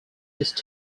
just